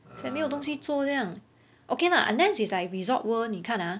it's like 没有东西做这样 okay lah unless it's like Resorts World 你看 ah